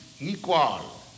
equal